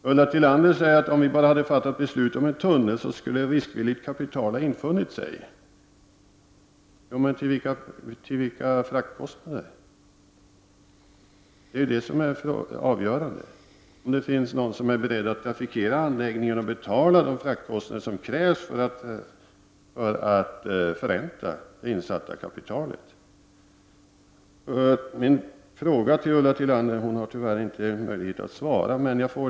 Ulla Tillander säger att om vi hade fattat beslut om en tunnel så skulle riskvilligt kapital ha funnits. Ja, men till vilka fraktkostnader? Det är det som är avgörande. Det måste finnas någon som är villig att betala de fraktkostnader som krävs för att förränta det insatta kapitalet. Ulla Tillander har tyvärr inte möjlighet att svara på några ytterligare frågor.